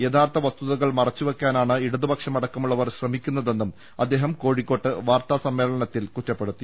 യഥാർത്ഥ വസ്തുത്കൾ മറച്ചു വയ്ക്കാനാണ് ഇടതുപക്ഷം അടക്കമുള്ളവർ ശ്രമിക്കുന്നതെന്നും അദ്ദേഹം കോഴിക്കോട്ട് വാർത്താസമ്മേളനത്തിൽ കുറ്റപ്പെടുത്തി